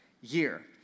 year